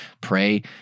pray